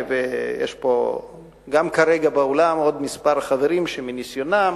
ויש פה גם כרגע באולם עוד כמה חברים שמניסיונם